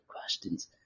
questions